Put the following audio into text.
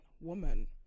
woman